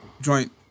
joint